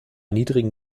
niedrigen